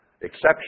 exception